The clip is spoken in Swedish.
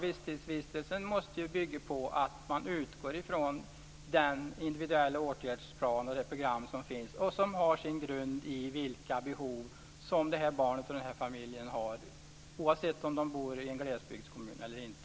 Visstidsvistelsen måste ju bygga på att man utgår ifrån den individuella åtgärdsplan och det program som finns och som har sin grund i vilka behov som det här barnet och den här familjen har, oavsett om de bor i en glesbygdskommun eller inte.